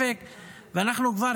אבל אין ספק,